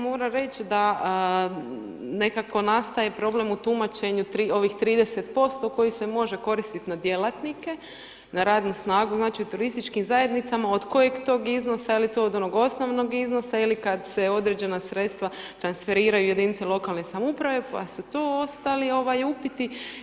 Moram reći da nekako nastaje problem u tumačenju ovih 30% kojih se može koristiti na djelatnike, na radnu snagu, znači u turističkim zajednicama od kojeg to iznosa, je li to od onog osnovnog iznosa ili kada se određena sredstva transferiraju jedinice lokalne samouprave pa su tu ostali upiti.